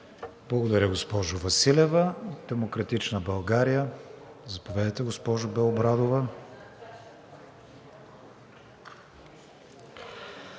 Благодаря, госпожо Василева. „Демократична България“ – заповядайте, госпожо Белобрадова.